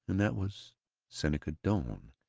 and that was seneca doane,